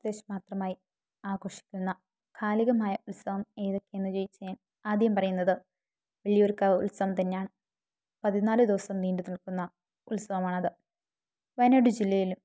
എൻ്റെ പ്രദേശത്തു മാത്രമായി ആഘോഷിക്കുന്ന കാലികമായ ഉത്സവം ഏതൊക്കെ എന്ന് ചോദിച്ചാൽ ആദ്യം പറയുന്നത് വള്ളിയൂർ കാവ് ഉത്സവം തന്നെയാണ് പതിനാല് ദിവസം നീണ്ടുനിൽക്കുന്ന ഉത്സവമാണത് വയനാട് ജില്ലയിലും